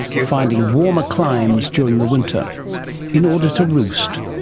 finding warmer climes during the winter in order to roost.